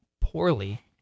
poorly